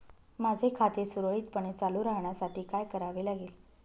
माझे खाते सुरळीतपणे चालू राहण्यासाठी काय करावे लागेल?